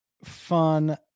fun